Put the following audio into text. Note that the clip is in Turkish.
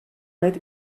net